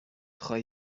خواهی